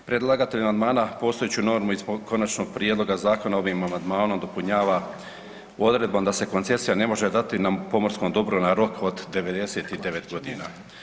Predlagatelj amandmana postojeću normu iz konačnog prijedloga zakona ovim amandmanom dopunjava odredbom da se koncesija ne može dati na pomorskom dobru na rok od 99 godina.